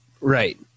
Right